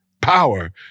power